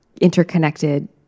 interconnected